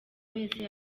wese